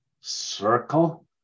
circle